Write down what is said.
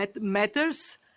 matters